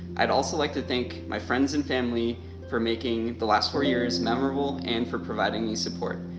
i'd also like to thank my friends and family for making the last four years memorable and for providing me support.